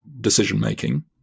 decision-making